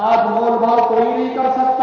आज मोल भाव कोई नहीं कर सकता